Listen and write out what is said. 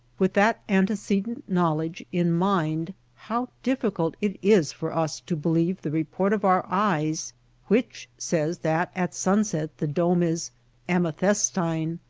with that antecedent knowledge in mind how difficult it is for us to believe the report of our eyes which says that at sunset the dome is amethystine,